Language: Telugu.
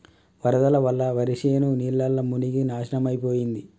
వరదల వల్ల వరిశేను నీళ్లల్ల మునిగి నాశనమైపోయింది